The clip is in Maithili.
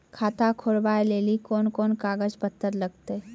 खाता खोलबाबय लेली कोंन कोंन कागज पत्तर लगतै?